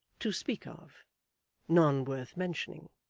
to speak of none worth mentioning.